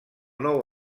nou